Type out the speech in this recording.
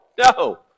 No